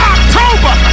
October